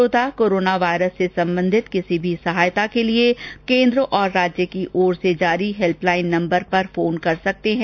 श्रोता corona virus से संबंधित किसी भी सहायता के लिए केन्द्र और राज्य की ओर से जारी हेल्प लाइन नम्बर पर फोन कर सकते हैं